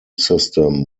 system